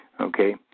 okay